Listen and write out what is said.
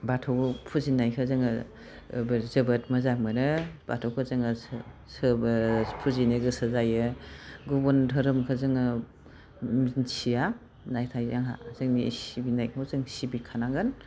बाथौवाव फुजिनायखौ जोङो जोबोद मोजां मोनो बाथौखौ जोङो फुजिनो गोसो जायो गुबुन दोहोरोमखौ जोङो मिथिया नाथाय आंहा जोंनि सिबिनायखौ जों सिबिखानांगोन